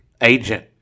agent